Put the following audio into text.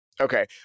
Okay